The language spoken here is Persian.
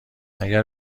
اگر